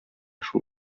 шул